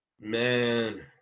Man